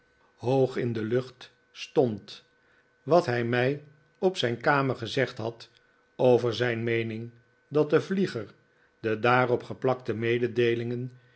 in de lucht stond wat hij mij op zijn kamer gezegd had over zijn meening dat de vlieger de daarop geplakte mededeelingen